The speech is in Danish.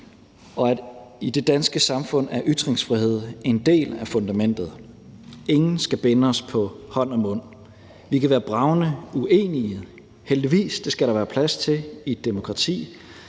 og at i det danske samfund er ytringsfrihed en del af fundamentet. Ingen skal binde os på hånd og mund. Vi kan være bragende uenige, heldigvis, for det skal der være plads til i et demokrati,